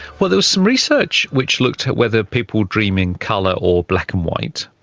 well, there was some research which looked at whether people dream in colour or black and white,